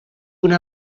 una